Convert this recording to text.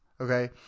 Okay